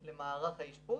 זה למערך האשפוז.